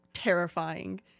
terrifying